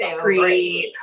great